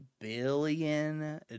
billion